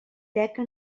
teca